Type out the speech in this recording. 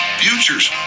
futures